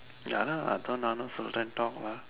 ya lah அதான் நானும் சொல்லுறேன்:athaan naanum sollureen talk lah